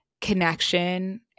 connection